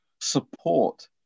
support